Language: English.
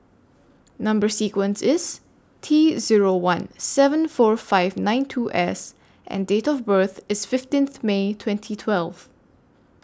Number sequence IS T Zero one seven four five nine two S and Date of birth IS fifteenth May twenty twelve